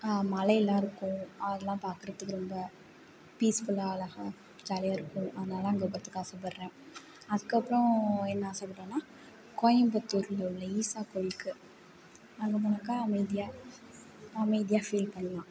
மலையெலாம் இருக்கும் அதெல்லாம் பார்க்குறத்துக்கு ரொம்ப பீஸ்ஃபுல்லாக அழகாக ஜாலியாக இருக்கும் அதனால் அங்கே போவத்துக்கு ஆசைப்படுறேன் அதுக்கப்புறம் என்ன ஆசைப்படுறேன்னா கோயம்பத்தூரில் உள்ள ஈஷா கோயிலுக்கு அங்கே போனாக்கால் அமைதியாக அமைதியாக ஃபீல் பண்ணலாம்